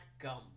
Gum